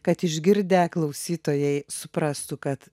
kad išgirdę klausytojai suprastų kad